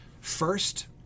First